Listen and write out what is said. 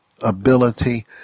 ability